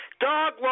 Dog